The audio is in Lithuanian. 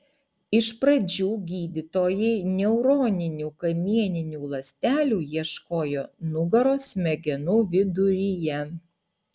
iš pradžių gydytojai neuroninių kamieninių ląstelių ieškojo nugaros smegenų viduryje